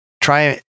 try